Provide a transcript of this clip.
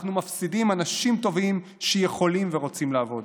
אנחנו מפסידים אנשים טובים שיכולים ורוצים לעבוד.